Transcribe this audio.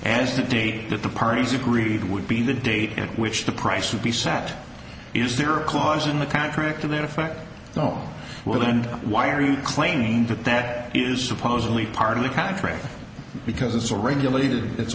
and the date that the parties agreed would be the date in which the price would be set is there a clause in the contract to that effect oh well then why are you claiming that that is supposedly part of the contract because it's all regulated it's